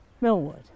Millwood